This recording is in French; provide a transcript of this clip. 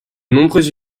nombreuses